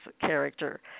character